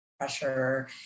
pressure